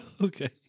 Okay